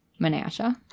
Menasha